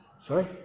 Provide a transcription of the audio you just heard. Sorry